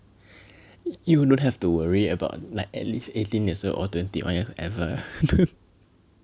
you don't have to worry about like at least eighteen years old or twenty one years ever